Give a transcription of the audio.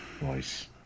Nice